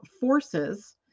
forces